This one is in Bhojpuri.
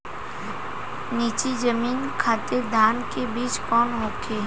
नीची जमीन खातिर धान के बीज कौन होखे?